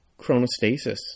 Chronostasis